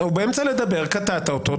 הוא באמצע לדבר, קטעת אותו.